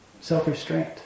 self-restraint